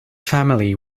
family